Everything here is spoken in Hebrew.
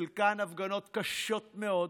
חלקן הפגנות קשות מאוד,